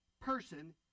person